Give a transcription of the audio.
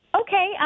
Okay